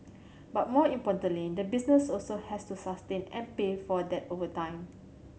but more importantly the business also has to sustain and pay for that over time